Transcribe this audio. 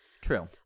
True